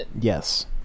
yes